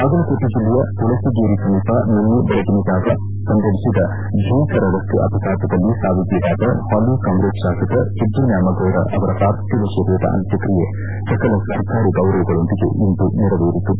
ಬಾಗಲಕೋಟೆ ಜಿಲ್ಲೆಯ ತುಳಸಿಗೇರಿ ಸಮೀಪ ನಿನ್ನೆ ದೆಳಗಿನಜಾವ ಸಂಭವಿಸಿದ ಭೀಕರ ರಸ್ತೆ ಅಪಘಾತದಲ್ಲಿ ಸಾವಿಗೀಡಾದ ಹಾಲಿ ಕಾಂಗ್ರೆಸ್ ಶಾಸಕ ಸಿದ್ದು ನ್ಯಾಮಗೌಡ ಅವರ ಪಾರ್ಥಿವ ಶರೀರದ ಅಂತ್ಯಕ್ತಿಯೆ ಸಕಲ ಸರ್ಕಾರಿ ಗೌರವಗಳೊಂದಿಗೆ ಇಂದು ನೆರವೇರಿತು